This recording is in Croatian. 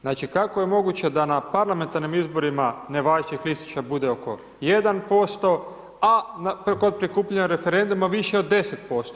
Znači kako je moguće da na parlamentarnim izborima nevažećih listića bude oko 1% a kod prikupljanja referenduma više od 10%